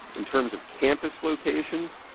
in terms of campus locations.